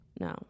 No